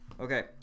Okay